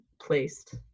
placed